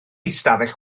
ystafell